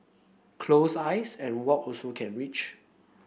close eyes and walk also can reach